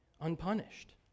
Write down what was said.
unpunished